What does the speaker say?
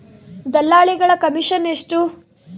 ದಲ್ಲಾಳಿಗಳ ಕಮಿಷನ್ ಎಷ್ಟು?